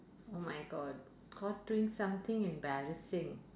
oh my god caught doing something embarrassing